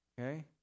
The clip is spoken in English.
okay